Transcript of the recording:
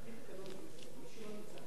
מי שלא נמצא בזמן שהוא אמור לדבר,